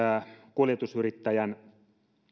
kuljetusyrittäjän